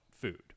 food